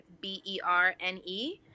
b-e-r-n-e